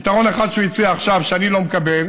פתרון אחד שהוא הציע עכשיו, שאני לא מקבל